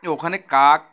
ওখানে কাক